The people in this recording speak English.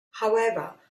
however